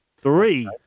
Three